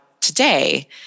today